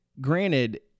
granted